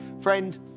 friend